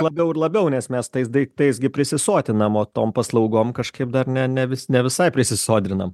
labiau ir labiau nes mes tais daiktais gi prisisotinam o tom paslaugom kažkaip dar ne ne vis ne visai prisodrinam